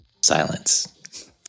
silence